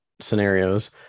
scenarios